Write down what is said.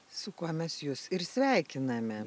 su kuo mes jus ir sveikiname